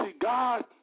God